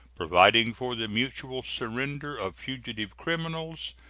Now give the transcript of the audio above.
providing for the mutual surrender of fugitive criminals,